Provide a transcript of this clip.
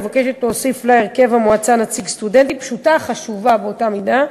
היא מבקשת להוסיף להרכב המועצה נציג סטודנטים פשוטה וחשובה באותה מידה: